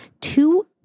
two